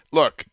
look